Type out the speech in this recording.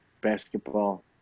basketball